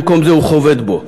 במקום זה הוא חובט בו,